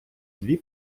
дві